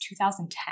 2010